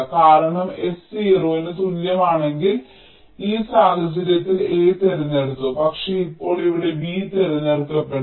കാരണം S 0 ന് തുല്യമാണെങ്കിൽ ഈ സാഹചര്യത്തിൽ A തിരഞ്ഞെടുത്തു പക്ഷേ ഇപ്പോൾ ഇവിടെ B തിരഞ്ഞെടുക്കപ്പെടും